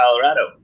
Colorado